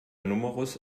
numerus